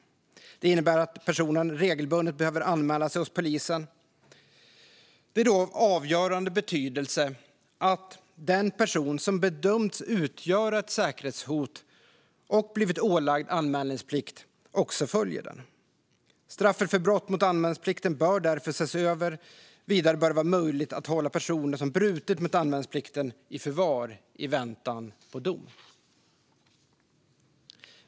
Det innebär att personen regelbundet behöver anmäla sig hos polisen. Det är då av avgörande betydelse att den person som bedömts utgöra ett säkerhetshot och blivit ålagd anmälningsplikt också följer den. Straffet för brott mot anmälningsplikten bör därför ses över. Vidare bör det vara möjligt att hålla personer som brutit mot anmälningsplikten i förvar i väntan på dom.